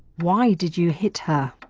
why did you hit her?